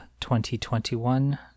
2021